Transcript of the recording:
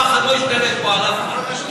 הפחד לא ישתלט פה על אף אחד.